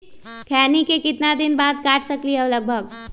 खैनी को कितना दिन बाद काट सकलिये है लगभग?